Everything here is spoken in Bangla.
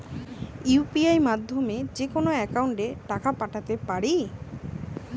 ইউ.পি.আই মাধ্যমে যেকোনো একাউন্টে টাকা পাঠাতে পারি?